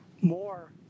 More